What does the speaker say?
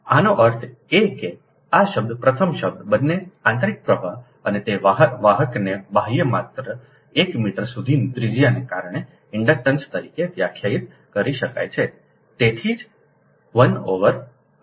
આનો અર્થ એ કે આ શબ્દ પ્રથમ શબ્દ બંને આંતરિક પ્રવાહ અને તે વાહકને બાહ્ય માત્ર 1 મીટર સુધીના ત્રિજ્યાને કારણે ઇન્ડક્ટન્સ તરીકે વ્યાખ્યાયિત કરી શકાય છે તેથી જ 1 ઓવર આર